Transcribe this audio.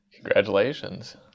Congratulations